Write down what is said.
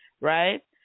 right